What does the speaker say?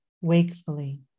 wakefully